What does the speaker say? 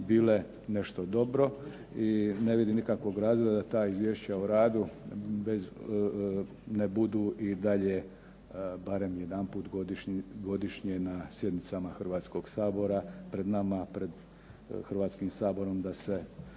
nešto dobro, i ne vidim nikakvog razloga da ta izvješća o radu bez, ne budu i dalje barem jedanput godišnje na sjednicama Hrvatskog sabora pred nama, pred Hrvatskim saborom da se